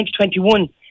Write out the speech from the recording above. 2021